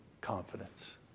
confidence